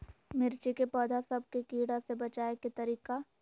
मिर्ची के पौधा सब के कीड़ा से बचाय के तरीका?